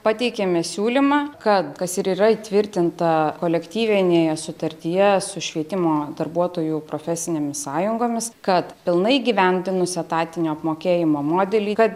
pateikėme siūlymą kad kas ir yra įtvirtinta kolektyvinėje sutartyje su švietimo darbuotojų profesinėmis sąjungomis kad pilnai įgyvendinus etatinio apmokėjimo modelį kad